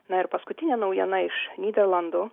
na ir paskutinė naujiena iš nyderlandų